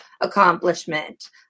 accomplishment